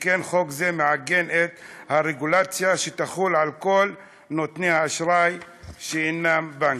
שכן חוק זה מעגן את הרגולציה שתחול על כל נותני האשראי שאינם בנקים.